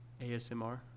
ASMR